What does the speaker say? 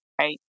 right